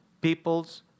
people's